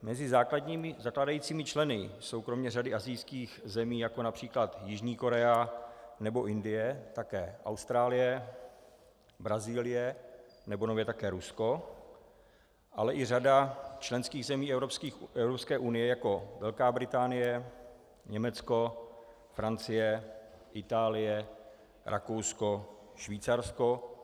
Mezi zakládajícími členy jsou kromě řady asijských zemí, jako například Jižní Korea nebo Indie, také Austrálie, Brazílie nebo nově také Rusko, ale i řada členských zemí Evropské unie jako Velká Británie, Německo, Francie, Itálie, Rakousko, Švýcarsko.